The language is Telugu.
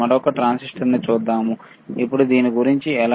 మరొక ట్రాన్సిస్టర్ని చూద్దాం అప్పుడు దీని గురించి ఎలా